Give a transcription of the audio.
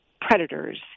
predators